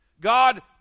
God